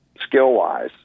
skill-wise